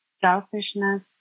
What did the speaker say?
selfishness